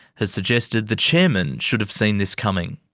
has suggested the chairman should have seen this coming.